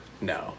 No